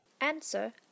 Answer